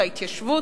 וההתיישבות,